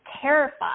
terrified